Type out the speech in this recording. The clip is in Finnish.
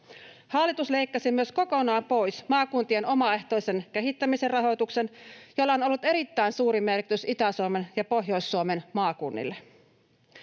Hallitus leikkasi myös kokonaan pois maakuntien omaehtoisen kehittämisen rahoituksen, jolla on ollut erittäin suuri merkitys Itä-Suomen ja Pohjois-Suomen maakunnille.